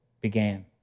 Began